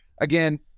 again